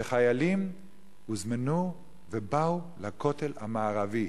שחיילים הוזמנו ובאו לכותל המערבי.